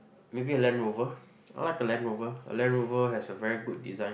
maybe a Land Rover I like a Land Rover a Land Rover has a very good design